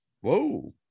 Whoa